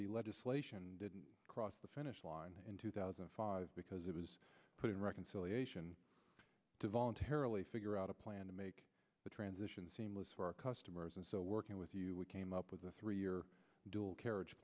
the legislation didn't cross the finish line in two thousand and five because it was put in reconciliation to voluntarily figure out a plan to make the transition seamless for our customers and so working with you we came up with a three year dual carriage